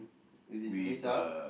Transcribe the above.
with his knees up